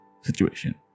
situation